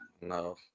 No